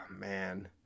man